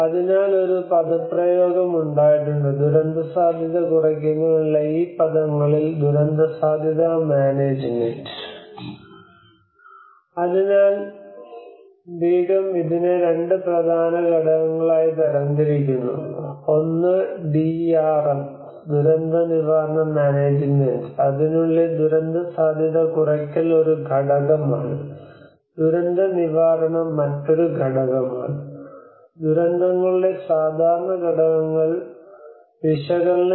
അതിനാൽ ബീഗം